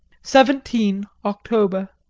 seventeen october.